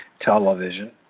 television